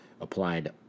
applied